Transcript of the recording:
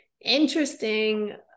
interesting